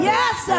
Yes